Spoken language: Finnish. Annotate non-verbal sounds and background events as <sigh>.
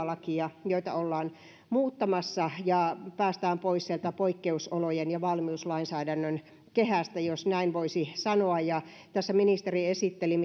<unintelligible> lakia ollaan muuttamassa ja päästään pois sieltä poikkeusolojen ja valmiuslainsäädännön kehästä jos näin voisi sanoa tässä ministeri esitteli <unintelligible>